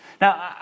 Now